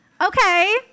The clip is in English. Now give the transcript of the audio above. Okay